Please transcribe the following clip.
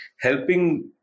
helping